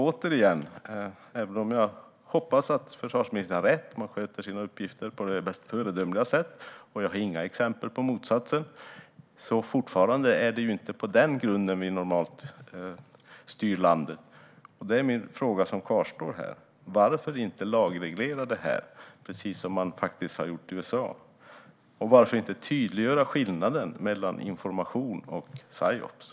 Även om jag hoppas att försvarsministern har rätt i att man sköter sina uppgifter på det mest föredömliga sätt - jag har heller inga exempel på motsatsen - är det ju inte på den grunden vi normalt styr landet, och därför kvarstår min fråga: Varför inte lagreglera det här precis som man faktiskt har gjort i USA, och varför inte tydliggöra skillnaden mellan information och psyops?